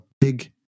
big